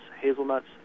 hazelnuts